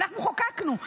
אנחנו חוקקנו,